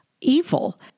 evil